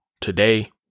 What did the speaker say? today